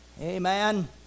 Amen